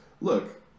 look